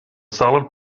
solid